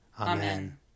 Amen